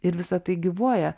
ir visa tai gyvuoja